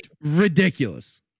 Ridiculous